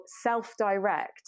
self-direct